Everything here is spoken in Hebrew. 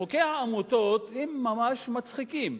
חוקי העמותות ממש מצחיקים.